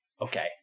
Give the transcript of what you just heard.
okay